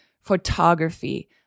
photography